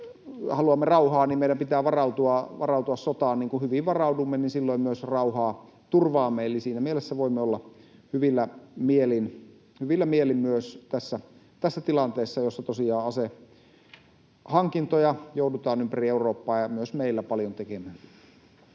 kun haluamme rauhaa, meidän pitää varautua sotaan, niin kuin hyvin varaudumme, ja silloin myös rauhaa turvaamme. Eli siinä mielessä voimme olla hyvillä mielin myös tässä tilanteessa, jossa tosiaan asehankintoja joudutaan ympäri Eurooppaa ja myös meillä paljon tekemään.